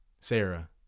sarah